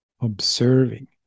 observing